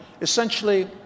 Essentially